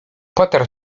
potarł